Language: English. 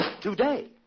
today